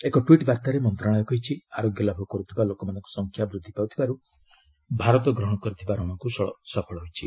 ଏକ ଟ୍ୱିଟ୍ ବାର୍ତ୍ତାରେ ମନ୍ତ୍ରଣାଳୟ କହିଛି ଆରୋଗ୍ୟ ଲାଭ କରୁଥିବା ଲୋକମାନଙ୍କ ସଂଖ୍ୟା ବୃଦ୍ଧି ପାଉଥିବାରୁ ଭାରତ ଗ୍ରହଣ କରିଥିବା ରଣକୌଶଳ ସଫଳ ହୋଇଛି